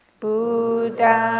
buddha